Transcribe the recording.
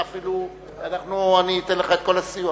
אני אתן לך את כל הסיוע.